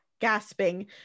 gasping